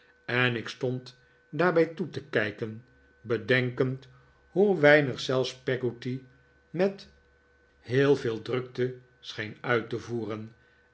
en ik stond daarbij toe te kijken bedenkend hoe weinig zelfs peggotty met heel veel drukte scheen uit te voeren